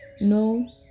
No